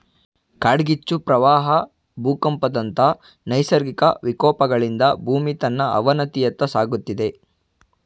ಕಾಡ್ಗಿಚ್ಚು, ಪ್ರವಾಹ ಭೂಕಂಪದಂತ ನೈಸರ್ಗಿಕ ವಿಕೋಪಗಳಿಂದ ಭೂಮಿ ತನ್ನ ಅವನತಿಯತ್ತ ಸಾಗುತ್ತಿದೆ